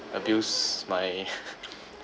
abused my